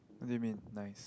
what do you mean nice